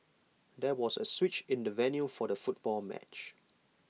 there was A switch in the venue for the football match